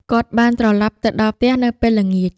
គាត់បានត្រឡប់ទៅដល់ផ្ទះនៅពេលល្ងាច។